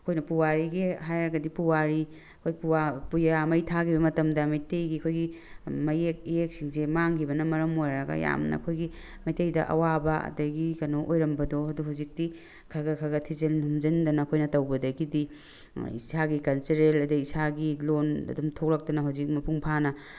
ꯑꯩꯈꯣꯏꯅ ꯄꯨꯋꯥꯔꯤꯒꯤ ꯍꯥꯏꯔꯒꯗꯤ ꯄꯨꯋꯥꯔꯤ ꯑꯩꯈꯣꯏ ꯄꯨꯌꯥ ꯃꯩ ꯊꯥꯈꯤꯕ ꯃꯇꯝꯗ ꯃꯩꯇꯩꯒꯤ ꯑꯩꯈꯣꯏꯒꯤ ꯃꯌꯦꯛ ꯏꯌꯦꯛꯁꯤꯡꯁꯦ ꯃꯥꯡꯈꯤꯕꯅ ꯃꯔꯝ ꯑꯣꯏꯔꯒ ꯌꯥꯝꯅ ꯑꯩꯈꯣꯏꯒꯤ ꯃꯩꯇꯩꯗ ꯑꯋꯥꯕ ꯑꯗꯒꯤ ꯀꯩꯅꯣ ꯑꯣꯏꯔꯝꯕꯗꯣ ꯑꯗꯣ ꯍꯧꯖꯤꯛꯇꯤ ꯈꯔ ꯈꯔ ꯊꯤꯖꯤꯟ ꯍꯨꯝꯖꯤꯟꯗꯅ ꯑꯩꯈꯣꯏꯅ ꯇꯧꯕꯗꯒꯤꯗꯤ ꯏꯁꯥꯒꯤ ꯀꯜꯆꯔꯦꯜ ꯑꯗꯒꯤ ꯏꯁꯥꯒꯤ ꯂꯣꯟ ꯑꯗꯨꯝ ꯊꯣꯛꯂꯛꯇꯅ ꯍꯧꯖꯤꯛ ꯃꯄꯨꯡ ꯐꯥꯅ